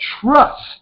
trust